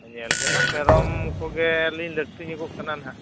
ᱧᱮᱞᱵᱤᱱ ᱦᱟᱸᱜ ᱢᱮᱨᱚᱢ ᱠᱚᱜᱮᱞᱤᱧ ᱞᱟᱹᱠᱛᱤ ᱧᱚᱜᱚᱜ ᱠᱟᱱᱟ ᱦᱟᱸᱜ